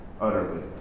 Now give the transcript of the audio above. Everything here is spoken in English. utterly